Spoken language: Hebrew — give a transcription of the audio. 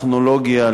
הטכנולוגיה,